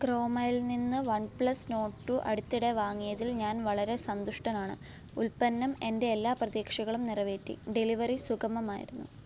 ക്രോമയിൽ നിന്ന് OnePlus Nord two അടുത്തിടെ വാങ്ങിയതിൽ ഞാൻ വളരെ സന്തുഷ്ടനാണ് ഉൽപ്പന്നം എന്റെ എല്ലാ പ്രതീക്ഷകളും നിറവേറ്റി ഡെലിവറി സുഗമമായിരുന്നു